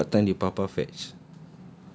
oh then what time did papa fetch